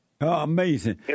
amazing